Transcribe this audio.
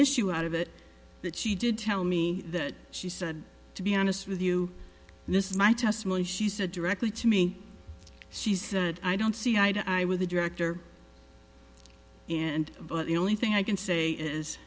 issue out of it but she did tell me that she said to be honest with you this is my testimony she said directly to me she said i don't see eye to eye with the director and the only thing i can say is